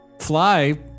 fly